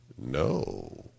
No